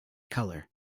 color